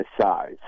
size